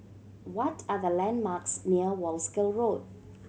what are the landmarks near Wolskel Road